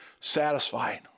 satisfied